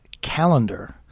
Calendar